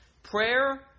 prayer